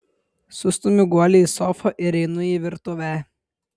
sustumiu guolį į sofą ir einu į virtuvę